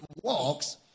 walks